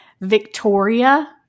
Victoria